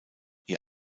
ihr